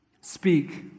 speak